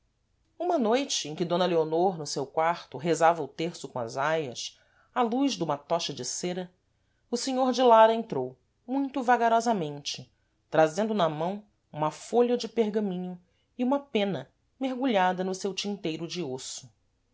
uma noite em que d leonor no seu quarto rezava o terço com as aias à luz duma tocha de cera o senhor de lara entrou muito vagarosamente trazendo na mão uma fôlha de pergaminho e uma pena mergulhada no seu tinteiro de osso